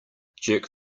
jerk